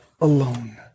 alone